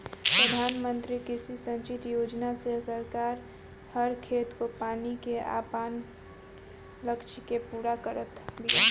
प्रधानमंत्री कृषि संचित योजना से सरकार हर खेत को पानी के आपन लक्ष्य के पूरा करत बिया